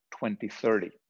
2030